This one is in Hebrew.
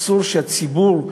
אסור שהציבור,